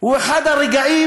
הוא אחד הרגעים